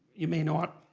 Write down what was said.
you may not,